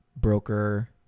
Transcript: broker